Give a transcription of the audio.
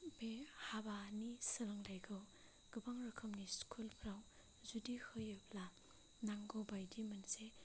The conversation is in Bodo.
बै हाबानि सोलोंथाइखौ गोबां रोखोमनि स्कुलफ्राव जुदि होयोब्ला नांगौ बायदि मोनसे